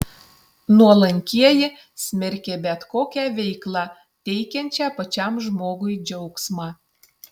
nuolankieji smerkė bet kokią veiklą teikiančią pačiam žmogui džiaugsmą